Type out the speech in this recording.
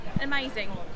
amazing